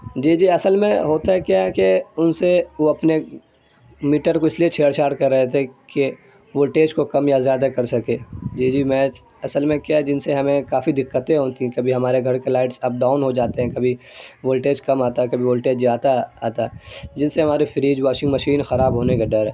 جی جی اصل میں ہوتا کیا ہے کہ ان سے وہ اپنے میٹر کو اس لیے چھیڑ چھاڑ کر رہے تھے کہ وولٹیج کو کم یا زیادہ کر سکیں جی جی میں اصل میں کیا ہے جن سے ہمیں کافی دقتیں ہوتی ہیں کبھی ہمارے گھر کے لائٹس اپ ڈاؤن ہو جاتے ہیں کبھی وولٹیج کم آتا ہے کبھی وولٹیج زیادہ آتا ہے جن سے ہمارے فریج واشنگ مشین خراب ہونے کا ڈر ہے